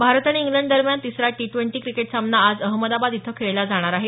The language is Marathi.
भारत आणि इंग्लंडदरम्यान तिसरा टी ड्वेंटी क्रिकेट सामना आज अहमदाबाद इथं खेळला जाणार आहे